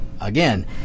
again